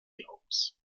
glaubens